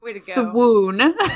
swoon